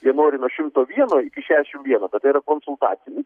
jie nori nuo šimto vieno iki šešiasdešimt vieno tada yra konsultacinis